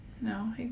No